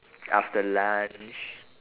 after lunch